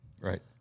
right